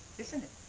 isn't it?